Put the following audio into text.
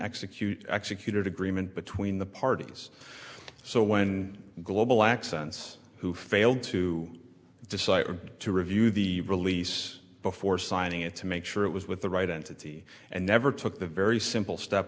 execute executed agreement between the parties so when global accents who failed to decide to review the release before signing it to make sure it was with the right entity and never took the very simple step